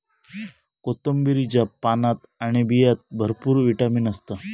कोथिंबीरीच्या पानात आणि बियांत भरपूर विटामीन असता